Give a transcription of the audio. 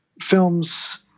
films